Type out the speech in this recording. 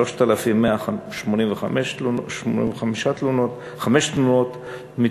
3,185 תלונות,